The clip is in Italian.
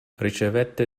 ricevette